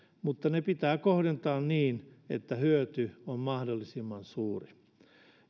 mutta ne pitää kohdentaa niin että hyöty on mahdollisimman suuri